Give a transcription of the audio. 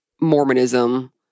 Mormonism